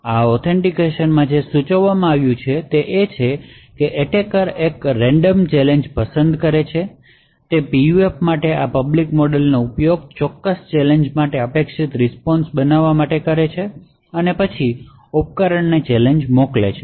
આ ઓથેન્ટિકેટમાં જે સૂચવવામાં આવ્યું છે તે છે કે એટેકર એક રેન્ડમ ચેલેન્જ પસંદ કરે છે તે PUF માટે આ પબ્લિક મોડેલનો ઉપયોગ ચોક્કસ ચેલેંજ માટે અપેક્ષિત રીસ્પોન્શમાટે કરે છે અને પછી ઉપકરણને ચેલેંજ મોકલે છે